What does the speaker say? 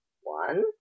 One